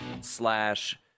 slash